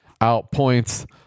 outpoints